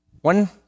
One